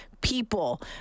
people